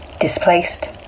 Displaced